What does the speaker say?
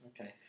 Okay